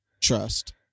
Trust